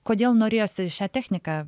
kodėl norėjosi šią techniką